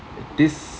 this